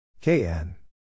KN